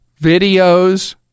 videos